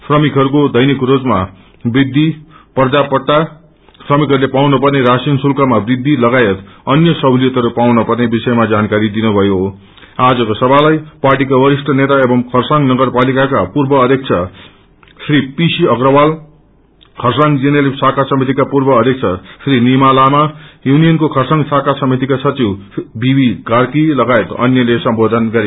रमिकहरूको दैनिक रोजमा वृद्धि पर्जा पट्टा श्रमिकहरूले पाउनपर्ने रराशिन शुल्कमा वृद्धि लगायत अन्य सहुलियतहरू पाउन पर्ने विषयमा जानकारी दिनुभयो आजको सभालाई पार्टीका वरिष्ठ नेता एवं खरसाङ नगरपालिकाका पूर्व अध्यक्ष श्री पीसी अग्रवाल खरसाङ जीएनएलएफ शाखा समितिका पूर्व अध्यक्ष श्री निमा लामा युनियनको खरसाङ शाखा समितिका सचिव श्री वीवी कार्की लगायत अ अन्यले सम्बोधन गरे